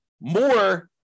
more